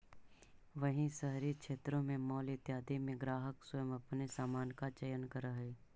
वहीं शहरी क्षेत्रों में मॉल इत्यादि में ग्राहक स्वयं अपने सामान का चयन करअ हई